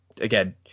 again